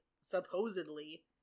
supposedly